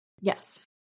Yes